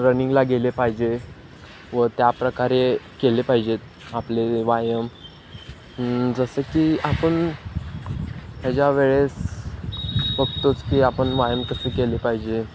रनिंगला गेले पाहिजे व त्याप्रकारे केले पाहिजेत आपले व्यायाम जसं की आपण ह्याच्या वेळेस बघतोच की आपण व्यायाम कसे केले पाहिजे